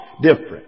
different